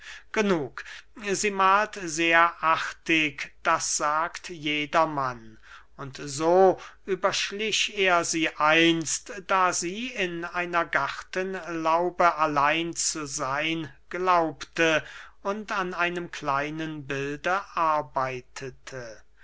genug sie mahlt sehr sehr artig das sagt jedermann und so überschlich er sie einst da sie in einer gartenlaube allein zu seyn glaubte und an einem kleinen bilde arbeitete